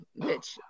bitch